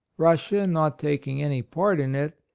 russia not taking any part in it,